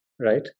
right